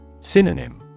Synonym